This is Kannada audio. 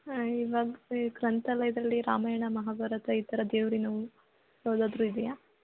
ಇವಾಗ ಬೇಕು ಗ್ರಂಥಾಲಯದಲ್ಲಿ ರಾಮಾಯಣ ಮಹಾಭಾರತ ಈ ಥರ ದೇವರಿನವು ಯಾವ್ದಾದರೂ ಇದೆಯಾ